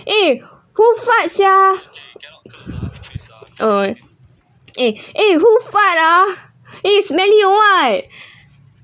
eh who fart [sial] oh eh eh who fart ah eh smelly oh [what]